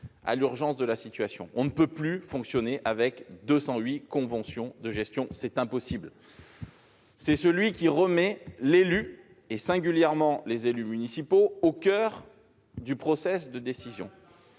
à l'urgence de la situation. On ne peut plus fonctionner avec 208 conventions de gestion : c'est impossible ! Ensuite, c'est aussi un amendement qui remet l'élu, singulièrement les élus municipaux, au coeur du processus de décision